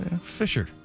fisher